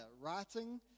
writing